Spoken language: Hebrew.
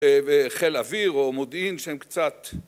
וחיל אוויר או מודיעין שהם קצת